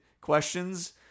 questions